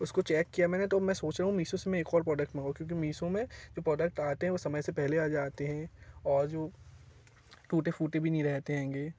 उसको चेक किया मैंने तो मैं सोच रहा हूँ मिसो से मैं एक और प्रोडक्ट मगाऊं क्योंकि मिसो में जो प्रोडक्ट आते हैं वो समय से पहले आ जाते हैं और जो टूटे फूटे भी नहीं रहते होंगे